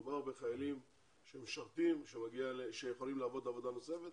מדובר בחיילים שמשרתים שיכולים לעבוד עבודה נוספת,